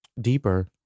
Deeper